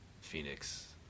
Phoenix